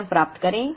item प्राप्त करें